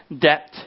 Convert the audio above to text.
debt